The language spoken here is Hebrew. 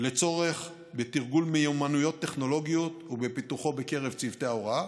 לצורך תרגול מיומנויות טכנולוגיות ופיתוחו בקרב צוותי ההוראה,